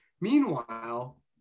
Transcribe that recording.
Meanwhile